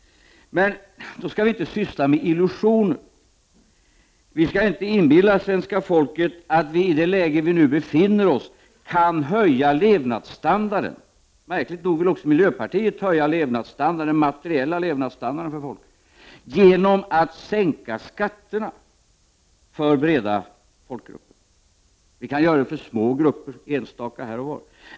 Men då skall vi inte syssla med illusioner. Vi skall inte inbilla svenska folket att vi i det läge där vi nu befinner oss kan höja levnadsstandarden — märkligt nog vill också miljöpartiet höja den materiella levnadsstandarden för svenska folket — genom att sänka skatterna för breda folkgrupper. Vi kan sänka skatterna för små, enstaka grupper här och var.